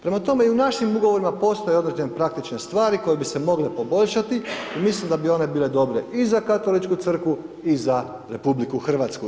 Prema tome i u našim ugovorima postoje određene praktične stvari koje bi se mogle poboljšati i mislim da bi one bile dobre i za Katoličku crkvu i za RH.